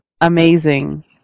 amazing